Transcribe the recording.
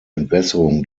entwässerung